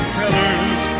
colors